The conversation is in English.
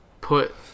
put